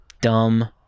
dumb